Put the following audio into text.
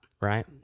right